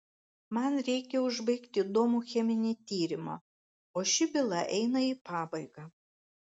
man reikia užbaigti įdomų cheminį tyrimą o ši byla eina į pabaigą